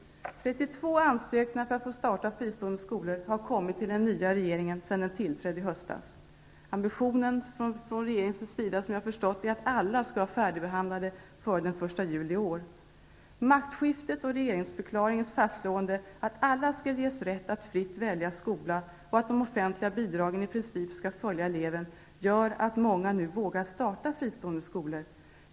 32 ansökningar om att få starta fristående skolor har kommit till den nya regeringen sedan den tillträdde i höstas. Regeringens ambition är, efter vad jag har förstått, att alla ansökningarna skall vara färdigbehandlade före den 1 juli i år. Maktskiftet och regeringsförklaringens fastslående av att alla skall ges rätt att fritt välja skola och att de offentliga bidragen i princip skall följa eleven gör att många nu vågar starta fristående skolor.